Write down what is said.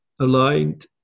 aligned